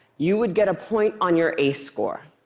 you would get a point on your ace score.